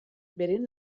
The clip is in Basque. beren